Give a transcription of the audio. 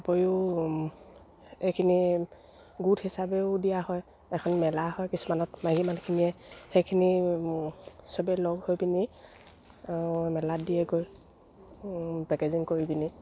উপৰিও এইখিনি গোট হিচাপেও দিয়া হয় এখন মেলা হয় কিছুমানত মাইকী মানুহখিনিয়ে সেইখিনি চবে লগ হৈ পিনি মেলাত দিয়ে গৈ পেকেজিং কৰি পিনে